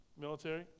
Military